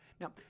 Now